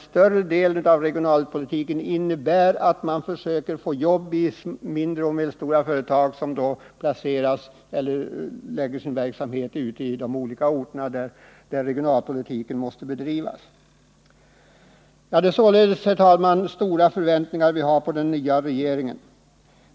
Större delen av regionalpolitiken innebär ju att man försöker få fram jobb i mindre och medelstora företag som förlägger sin verksamhet i de orter där regionalpolitiska åtgärder krävs för att ge sysselsättning. Vi har, herr talman, således stora förväntningar på den nya regeringen.